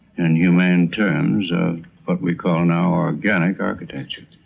and human terms of what we call now organic architecture.